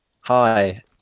Hi